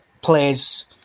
plays